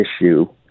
issue